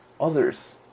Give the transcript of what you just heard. others